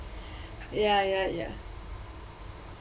ya ya ya